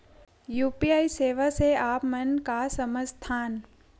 UPI सेवा से आप मन का समझ थान?